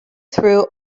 through